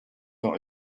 not